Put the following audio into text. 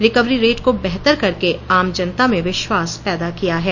recovery rate को बेहतर करके आम जनता में विश्वास पैदा किया है